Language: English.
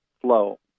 Flow